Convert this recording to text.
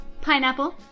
pineapple